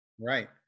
Right